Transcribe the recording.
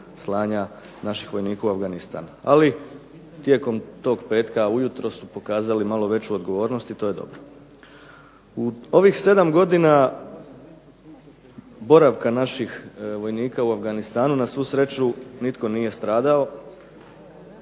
slanja naših snaga u Afganistan ali tijekom tog petka ujutro su pokazali malo veću odgovornost i to je dobro. U Ovih 7 godina boravka naših vojnika u Afganistanu, nas svu sreću nitko nije stradao,